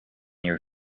your